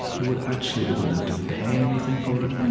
it would actually, they wouldn't have to pay anything for it.